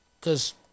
cause